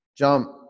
jump